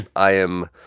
and i am